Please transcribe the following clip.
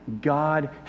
God